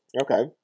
okay